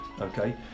okay